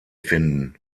finden